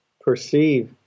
perceive